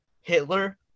Hitler